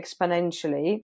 exponentially